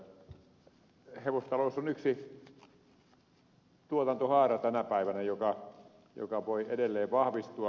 hevostalous on tänä päivänä yksi tuotantohaara joka voi edelleen vahvistua